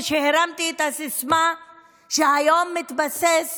כשהרמתי את הסיסמה שהיום מתבסס